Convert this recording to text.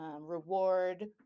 reward